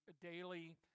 Daily